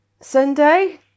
Sunday